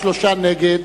נגד.